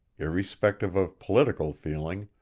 irrespective of political feeling,